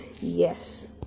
yes